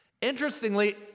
Interestingly